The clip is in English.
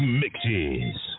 mixes